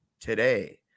today